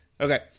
Okay